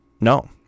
No